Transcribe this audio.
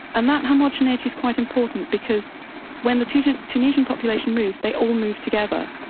and that homogeneity is quite important because when the tunisian tunisian population move, they all move together.